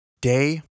Day